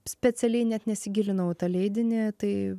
specialiai net nesigilinau į tą leidinį tai